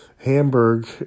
Hamburg